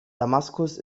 damaskus